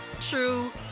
true